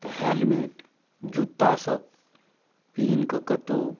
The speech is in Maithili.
तऽ हेलमेट जुत्तासब पिन्हकऽ कतहु